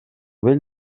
vell